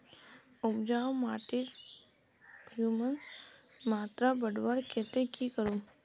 उपजाऊ माटिर ह्यूमस मात्रा बढ़वार केते की करूम?